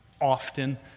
often